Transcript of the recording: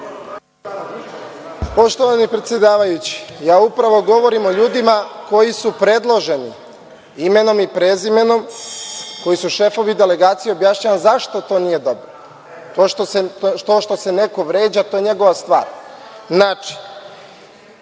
Poštovani predsedavajući, upravo govorim o ljudima koji su predloženi imenom i prezimenom, koji su šefovi delegacija, objašnjavam zašto to nije dobro. To što se neko vređa, to je njegova stvar. Znači,